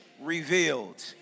revealed